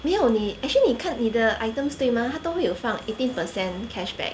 没有你 actually 你看你的 items 对吗他都会有放 eighteen percent cashback